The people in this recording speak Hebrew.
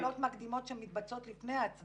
אבל יש הרבה פעולות מקדימות שמתבצעות לפני ההצלבה.